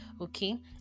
okay